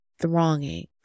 thronging